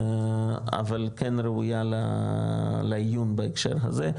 אבל כן ראויה לעיון בהקשר הזה,